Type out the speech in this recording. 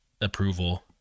approval